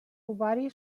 ovari